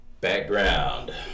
Background